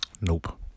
Nope